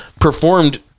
performed